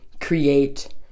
create